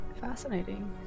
Fascinating